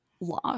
law